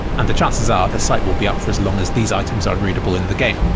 and the chances are, the site will be up for as long as these items are readable in the game,